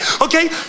okay